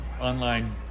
online